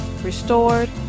restored